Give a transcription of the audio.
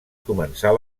començar